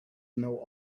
know